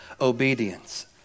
obedience